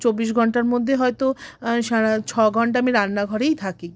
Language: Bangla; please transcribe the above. চব্বিশ ঘণ্টার মধ্যে হয়তো সারা ছ ঘণ্টা আমি রান্না ঘরেই থাকি